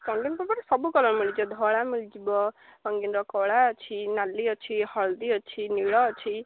ରଙ୍ଗୀନ୍ paper ସବୁ colour ମିଳିଯିବ ଧଳା ମିଳିଯିବ ରଙ୍ଗୀନର କଳା ଅଛି ନାଲି ଅଛି ହଳଦୀ ଅଛି ନୀଳ ଅଛି